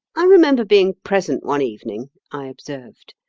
i remember being present one evening, i observed,